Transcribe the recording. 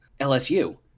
LSU